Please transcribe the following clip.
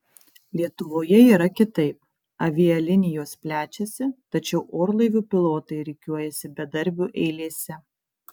lietuvoje yra kitaip avialinijos plečiasi tačiau orlaivių pilotai rikiuojasi bedarbių eilėse